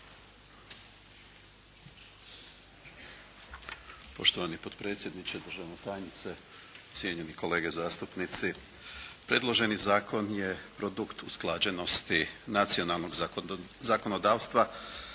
Poštovani potpredsjedniče, državna tajnice, cijenjeni kolege zastupnici. Predloženi zakon je produkt usklađenosti nacionalnog zakonodavstva